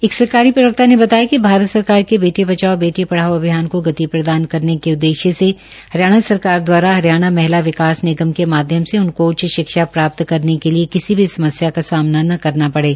एक सरकारी प्रवक्ता ने बताया कि भारत सरकार के बेटी बचाओ बेटी पढ़ाओ अभियान को गति प्रदान करने के उद्देश्य से हरियाणा सरकार द्वारा हरियाणा महिला विकास निगम के माध्यम से उनको उच्च शिक्षा प्राप्त करने के लिए किसी भी समस्या का सामना न करना पड़े